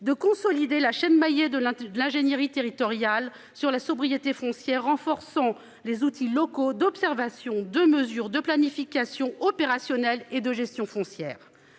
de consolider la chaîne maillé de l'de l'ingénierie territoriale sur la sobriété foncière renforçant les outils locaux d'observation de mesures de planification opérationnelle et de gestion foncière